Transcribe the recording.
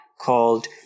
called